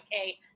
okay